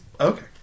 okay